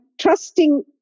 trusting